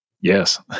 yes